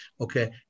okay